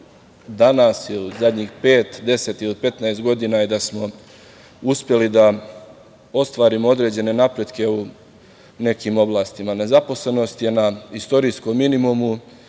danas ili u zadnjih pet, deset ili 15 godina i da smo uspeli da ostvarimo određene napretke u nekim oblastima. Nezaposlenost je na istorijskom minimumu.